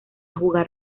jugar